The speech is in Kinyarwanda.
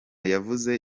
yavuze